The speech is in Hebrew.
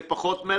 זה פחות מלגות.